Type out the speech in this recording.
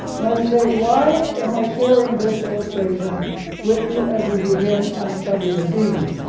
now you say why am i sharing this illustration with you as we begin our study this evening,